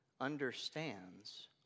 understands